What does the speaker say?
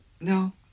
No